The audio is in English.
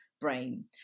brain